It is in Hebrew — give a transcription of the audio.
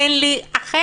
אין לי אחר.